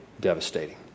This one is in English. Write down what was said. devastating